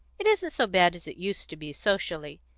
it isn't so bad as it used to be, socially.